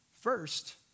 First